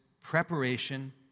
preparation